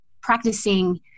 practicing